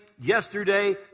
yesterday